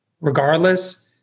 regardless